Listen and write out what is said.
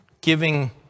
giving